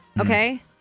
Okay